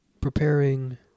preparing